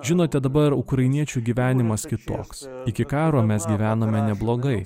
žinote dabar ukrainiečių gyvenimas kitoks iki karo mes gyvenome neblogai